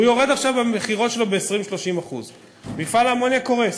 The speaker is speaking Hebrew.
הוא יורד עכשיו במכירות שלו ב-20% 30%. מפעל האמוניה קורס,